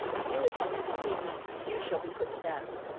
if you attempt to deceive me you shall be put to death!